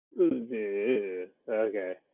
Okay